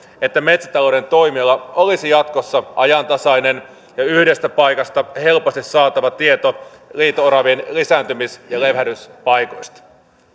että metsätalouden toimijoilla olisi jatkossa ajantasainen ja yhdestä paikasta helposti saatava tieto liito oravien lisääntymis ja levähdyspaikoista